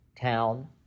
town